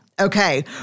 Okay